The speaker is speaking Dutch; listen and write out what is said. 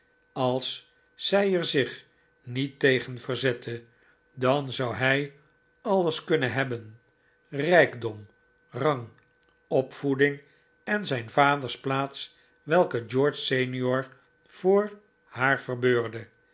als zij er zich niet tegen verzette dan zou hij alles kunnen hebben rijkdom rang opvoeding en zijn vaders plaats welke george sr voor haar verbeurde